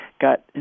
got